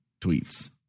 tweets